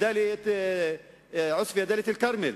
בעוספיא ודאלית-אל-כרמל,